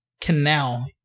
canal